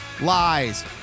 lies